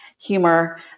humor